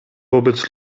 wobec